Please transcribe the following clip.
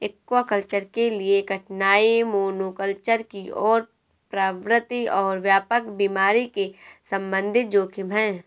aquaculture के लिए कठिनाई मोनोकल्चर की ओर प्रवृत्ति और व्यापक बीमारी के संबंधित जोखिम है